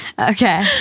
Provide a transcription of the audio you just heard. Okay